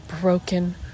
broken